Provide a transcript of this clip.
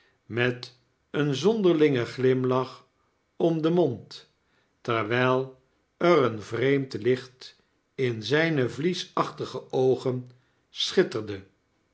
met een zonderlingen glimlach om den mond terwyl er een vreemd licht in zgne vliesachtige oogen schitterde